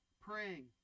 praying